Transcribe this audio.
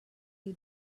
new